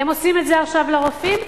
הם עושים את זה עכשיו לרופאים,